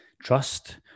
trust